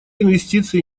инвестиции